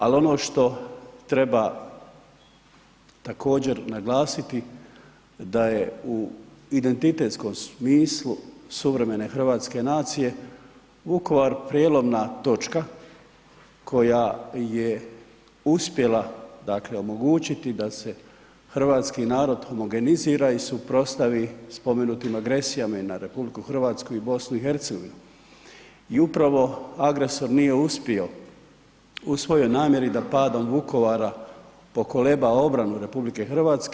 Ali, ono što treba također, naglasiti, da je u identitetskom smislu suvremene hrvatske nacije, Vukovar prijelomna točka koje je uspjela, dakle, omogućiti da se hrvatski narod homogenizira i suprotstavi spomenutim agresijama na RH i BiH i upravo agresor nije uspio u svojoj namjeri da padom Vukovara pokoleba obranu RH.